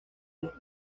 los